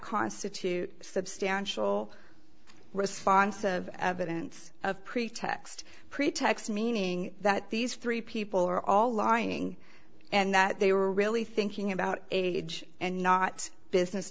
constitute substantial response of evidence of pretext pretext meaning that these three people are all lying and that they were really thinking about age and not business